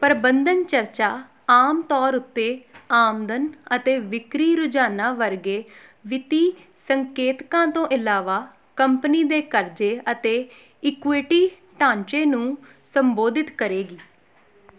ਪ੍ਰਬੰਧਨ ਚਰਚਾ ਆਮ ਤੌਰ ਉੱਤੇ ਆਮਦਨ ਅਤੇ ਵਿਕਰੀ ਰੁਝਾਨਾਂ ਵਰਗੇ ਵਿੱਤੀ ਸੰਕੇਤਕਾਂ ਤੋਂ ਇਲਾਵਾ ਕੰਪਨੀ ਦੇ ਕਰਜ਼ੇ ਅਤੇ ਇਕੁਇਟੀ ਢਾਂਚੇ ਨੂੰ ਸੰਬੋਧਿਤ ਕਰੇਗੀ